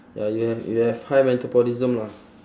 ya you have you have high metabolism lah